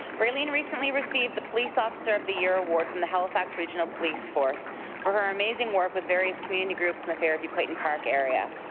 raylene recently received the police officer of the year award from the halifax regional police force for her amazing work with various community groups in the fairview clayton park area.